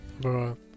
Bro